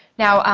now,